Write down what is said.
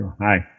Hi